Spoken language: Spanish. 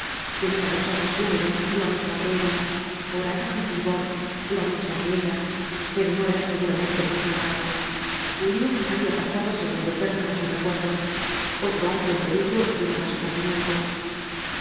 tenía los ojos húmedos lo mismo que ella oraba con fervor lo mismo que ella pero no era seguramente por su hermano julio había pasado á segundo término en sus recuerdos otro hombre en peligro llenaba su pensamiento